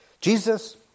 Jesus